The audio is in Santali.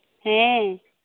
ᱦᱮᱸ